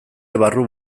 barru